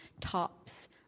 tops